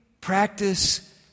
practice